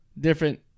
different